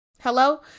Hello